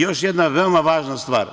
Još jedna veoma važna stvar.